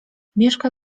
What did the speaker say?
mieszka